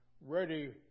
ready